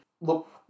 look